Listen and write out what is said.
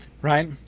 right